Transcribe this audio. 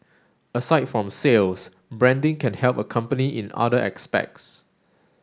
aside from sales branding can help a company in other aspects